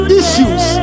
issues